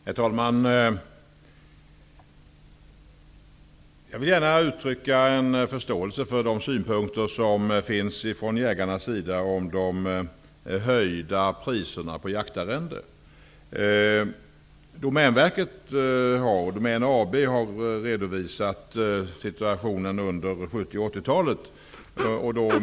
Herr talman! Jag vill gärna uttrycka min förståelse för jägarnas synpunkter på de höjda priserna på jaktarrende. Domän AB har redovisat hur situationen var under 70 och 80-talen.